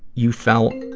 you fell'